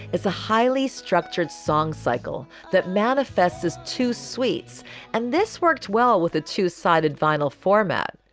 it's a highly structured song cycle that manifests as two suites and this worked well with a two sided vinyl format.